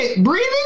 breathing